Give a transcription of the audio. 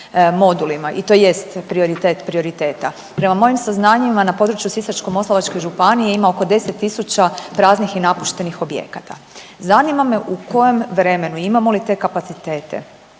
i to jest prioritet prioriteta. Prema mojim saznanjima na području Sisačko-moslavačke županije ima oko 10 tisuća praznih i napuštenih objekata. Zanima me u kojem vremenu i imamo li te kapacitete